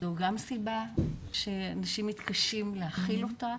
זו גם סיבה שאנשים מתקשים להכיל אותה.